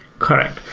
correct.